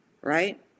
Right